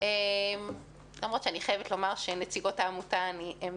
למרות שאני חייבת שנציגות העמותה הן